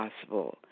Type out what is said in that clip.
possible